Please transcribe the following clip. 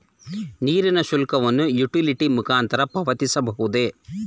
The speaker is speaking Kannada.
ನೀರಿನ ಶುಲ್ಕವನ್ನು ಯುಟಿಲಿಟಿ ಮುಖಾಂತರ ಪಾವತಿಸಬಹುದೇ?